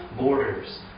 borders